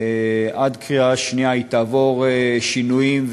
עד הקריאה השנייה היא תעבור שינויים,